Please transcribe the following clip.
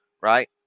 right